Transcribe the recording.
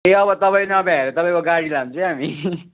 ए अब तपाईँ नभ्याए तपाईँको गाडी लान्छ है हामी